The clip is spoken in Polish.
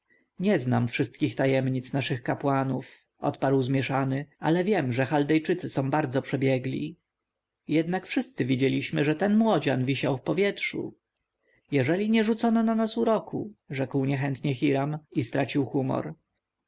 nie znam wszystkich tajemnic naszych kapłanów odparł zmieszany ale wiem że chaldejczycy są bardzo przebiegli jednak wszyscy widzieliśmy że ten młodzian wisiał w powietrzu jeżeli nie rzucono na nas uroku rzekł niechętnie hiram i stracił humor